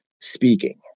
speaking